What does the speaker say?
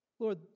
Lord